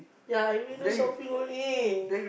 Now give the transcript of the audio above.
ya I window shopping only